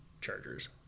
Chargers